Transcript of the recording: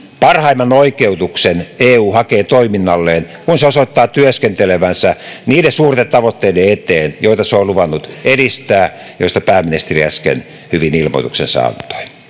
parhaimman oikeutuksen eu hakee toiminnalleen kun se osoittaa työskentelevänsä niiden suurten tavoitteiden eteen joita se on luvannut edistää ja joista pääministeri äsken hyvin ilmoituksensa